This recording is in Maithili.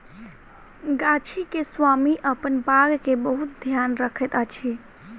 गाछी के स्वामी अपन बाग के बहुत ध्यान रखैत अछि